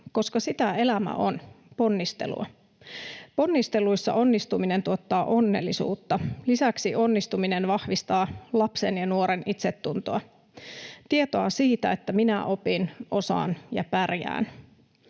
koska sitä elämä on: ponnistelua. Ponnisteluissa onnistuminen tuottaa onnellisuutta. Lisäksi onnistuminen vahvistaa lapsen ja nuoren itsetuntoa, tietoa siitä, että minä opin, osaan ja pärjään.